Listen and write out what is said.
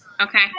Okay